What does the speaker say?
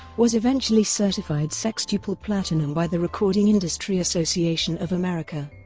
was eventually certified sextuple platinum by the recording industry association of america.